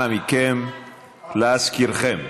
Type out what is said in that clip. אנא מכם, להזכירכם,